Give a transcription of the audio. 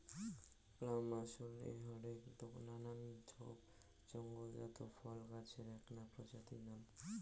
plum আশলে হরেক নাকান ঝোপ জঙলজাত ফল গছের এ্যাকনা প্রজাতির নাম